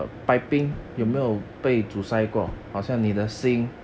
uh hmm